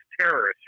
terrorists